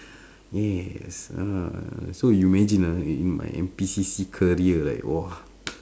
yes uh so you imagine ah in my N_P_C_C career like !whoa!